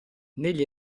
negli